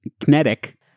Kinetic